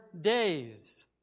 days